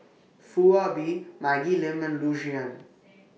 Foo Ah Bee Maggie Lim and Loo Zihan